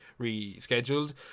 rescheduled